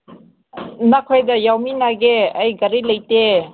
ꯏꯃꯥꯈꯣꯏꯒ ꯌꯥꯎꯃꯤꯟꯅꯒꯦ ꯑꯩ ꯒꯥꯔꯤ ꯂꯩꯇꯦ